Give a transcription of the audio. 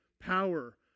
power